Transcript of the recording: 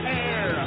air